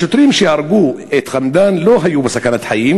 השוטרים שהרגו את חמדאן לא היו בסכנת חיים.